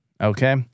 Okay